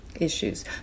issues